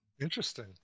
Interesting